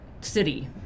city